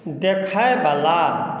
देखयवला